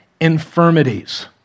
infirmities